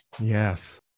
Yes